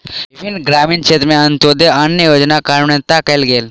विभिन्न ग्रामीण क्षेत्र में अन्त्योदय अन्न योजना कार्यान्वित कयल गेल